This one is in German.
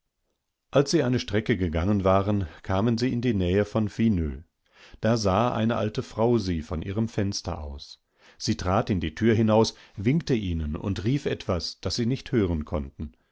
als wie klug sie gewesen waren übers eis zu gehen statt die aufgeweichtelandstraßezuverfolgen alssieeinestreckegegangenwaren kamensieindienähevonvinö dasah eine alte frau sie von ihrem fenster aus sie trat in die tür hinaus winkte ihnen und rief etwas das sie nicht hören konnten